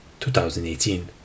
2018